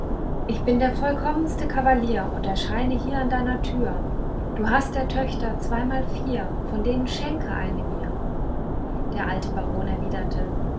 ich bin der vollkommenste kavalier und erscheine hier an deiner tür du hast der töchter zweimal vier von denen schenke eine mir der alte baron erwiderte